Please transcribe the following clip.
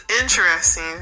interesting